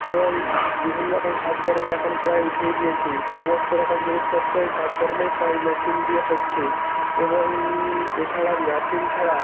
এবং বিভিন্ন রকম কাজকর্ম এখন প্রায় উঠেই গিয়েচে সমস্ত রকম জিনিসপত্রই কাজকর্মে প্রায় মেশিন দিয়ে হচ্চে এবং এছাড়া মেশিন ছাড়া